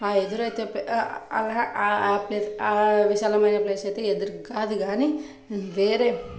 ఎదురైతే ప్లేస్ ఆ విశాలమైన ప్లేస్ అయితే ఎదురు కాదు కానీ వేరే